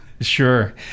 sure